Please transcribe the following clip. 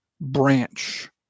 branch